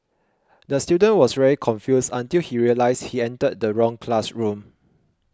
the student was very confused until he realised he entered the wrong classroom